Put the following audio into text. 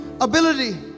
ability